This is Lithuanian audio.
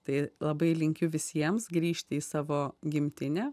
tai labai linkiu visiems grįžti į savo gimtinę